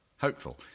Hopeful